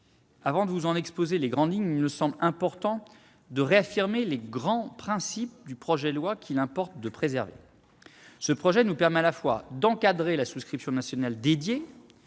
avant de vous en exposer les grandes lignes, il me semble important de réaffirmer les principes essentiels du projet de loi, qu'il importe de préserver. Ce texte nous permet, à la fois, d'encadrer la souscription nationale dédiée,